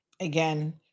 again